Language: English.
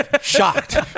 shocked